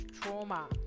trauma